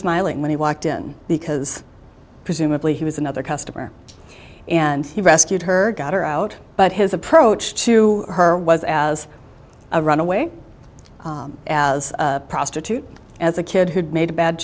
smiling when he walked in because presumably he was another customer and he rescued her got her out but his approach to her was as a runaway as a prostitute as a kid who'd made a bad